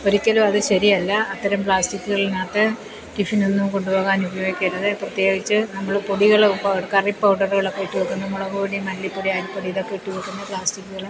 ഒരിക്കലും അത് ശരിയല്ല അത്തരം പ്ലാസ്റ്റിക്കുകളിന് അകത്ത് ടിഫിനൊന്നും കൊണ്ടു പോകാൻ ഉപയോഗിക്കരുത് പ്രത്യേകിച്ചു നമ്മൾ പൊടികൾ ഇപ്പം കറി പൗഡറുകളൊക്കെ ഇപ്പോൾ ഇട്ട് വയ്ക്കുന്ന മുളക് പൊടി മല്ലിപ്പൊടി അരിപ്പൊടി ഇതൊക്കെ ഇട്ട് വയ്ക്കുന്ന പ്ലാസ്റ്റിക്കുകൾ